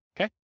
Okay